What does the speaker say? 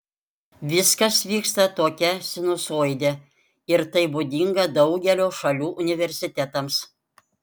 viskas vyksta tokia sinusoide ir tai būdinga daugelio šalių universitetams